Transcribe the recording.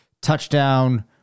touchdown